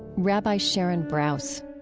rabbi sharon brous